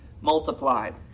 multiplied